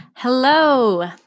Hello